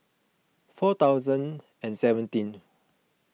four thousand and seventeen